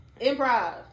improv